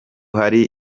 hari